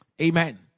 amen